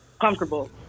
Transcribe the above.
comfortable